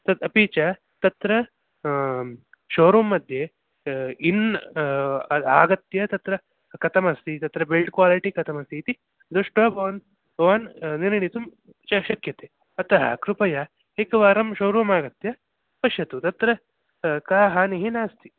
तत् अपि च तत्र शो रूम् मध्ये इन् आगत्य तत्र कथमस्ति तत्र बिल्ड् क्वालिटि कथमस्ति इति दृष्ट्वा भवान् भवान् निर्णीतुं शक्यते अतः कृपया एकवारं शोरूम् आगत्य पश्यतु तत्र का हानिः नास्ति